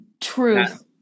Truth